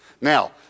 Now